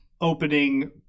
opening